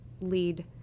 lead